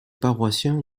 paroissiens